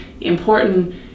important